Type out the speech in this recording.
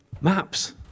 maps